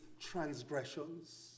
transgressions